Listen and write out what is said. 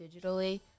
digitally